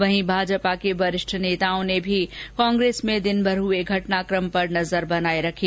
वहीं भाजपा के वरिष्ठ नेताओं ने भी कांग्रेस में दिनभर हुए घटनाक्रम पर नजर बनाये रखी